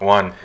One